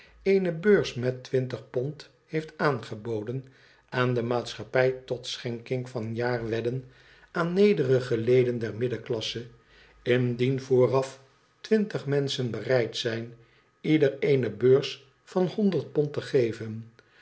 eene beurs met twintig pond heeft aangeboden aan de maatschappij tot schenking van jaarwedden aan nederige leden der middelklasse indien vooraf twintig menschen bereid zijn ieder eene beurs van honderd pond te geven